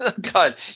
God